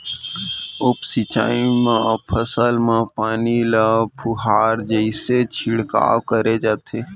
उप सिंचई म फसल म पानी ल फुहारा जइसे छिड़काव करे जाथे